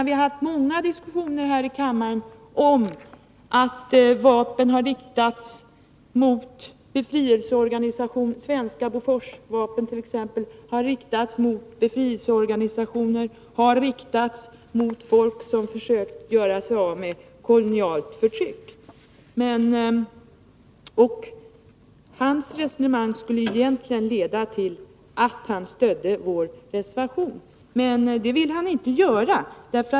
Vi har fört många diskussioner här i kammaren om att exempelvis svenska Bofors vapen har riktats mot befrielseorganisationer, mot folk som försöker göra sig av med kolonialt förtryck. Hans resonemang borde egentligen leda till att han stödde vår reservation, men det vill han inte göra.